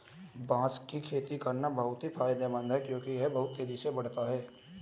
बांस की खेती करना बहुत ही फायदेमंद है क्योंकि यह बहुत तेजी से बढ़ता है